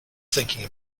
thinking